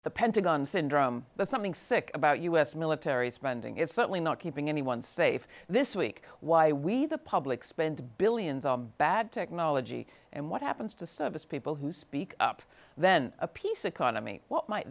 the pentagon syndrome that something sick about u s military spending is certainly not keeping anyone safe this week why we the public spend billions on bad technology and what happens to service people who speak up then a piece economy what might